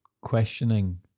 questioning